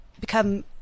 become